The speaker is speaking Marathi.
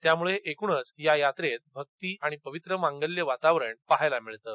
त्यामुळं एकूणच या यात्रेत भक्ती पावित्र मांगल्य वातावरणात पहायला मिळतं